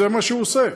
זה מה שהוא עושה.